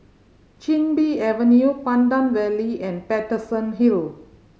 Chin Bee Avenue Pandan Valley and Paterson Hill